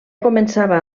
començava